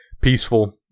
Peaceful